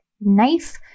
knife